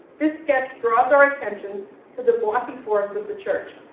this sketch draws our attention to the blocky forms of the church.